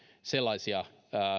sellaisia